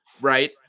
right